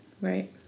Right